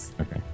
okay